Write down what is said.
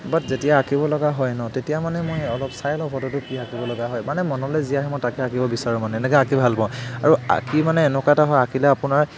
বাট যেতিয়া আঁকিব লগা হয় ন তেতিয়া মানে মই অলপ চাই লওঁ ফটোতো কি আঁকিব লগা হয় মানে মনলে যি আহে মই তাকেই আঁকিব বিচাৰো মানে তেনেকে আঁকি মই ভাল পাওঁ আৰু আঁকি মানে এনেকুৱা এটা হয় আঁকিলে আপোনাৰ